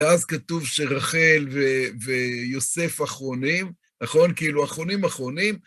ואז כתוב שרחל ויוסף אחרונים, נכון? כאילו, אחרונים-אחרונים.